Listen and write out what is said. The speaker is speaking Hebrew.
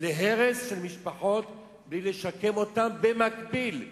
להרס של משפחות בלי לשקם אותן במקביל,